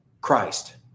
Christ